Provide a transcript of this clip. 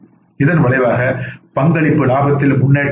இதன் விளைவாக பங்களிப்பு லாபத்தில் முன்னேற்றம் இருக்கும்